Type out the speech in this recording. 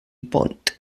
pont